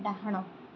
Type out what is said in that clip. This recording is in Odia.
ଡାହାଣ